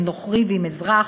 אם נוכרי ואם אזרח,